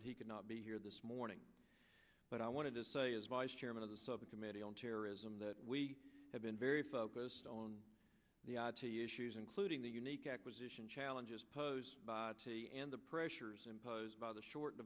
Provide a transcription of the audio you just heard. that he could not be here this morning but i wanted to say as vice chairman of the subcommittee on terrorism that we have been very focused on the issues including the unique acquisition challenges posed by the pressures imposed by the short